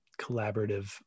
collaborative